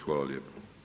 Hvala lijepo.